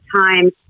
time